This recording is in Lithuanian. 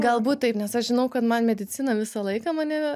galbūt taip nes aš žinau kad man medicina visą laiką mane